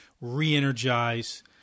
re-energize